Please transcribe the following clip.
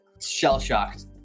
shell-shocked